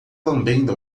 lambendo